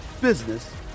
business